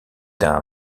d’un